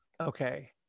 Okay